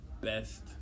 best